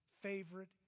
favorite